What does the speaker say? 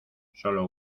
sólo